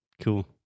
Cool